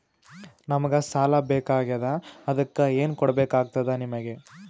ನಮಗ ಸಾಲ ಬೇಕಾಗ್ಯದ ಅದಕ್ಕ ಏನು ಕೊಡಬೇಕಾಗ್ತದ ನಿಮಗೆ?